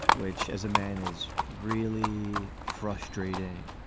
which as a man is really frustrating.